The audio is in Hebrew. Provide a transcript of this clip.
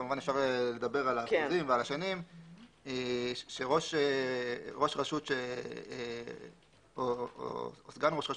כמובן אפשר לדבר על האחוזים והשנים - שראש רשות או סגן ראש רשות,